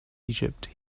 egypt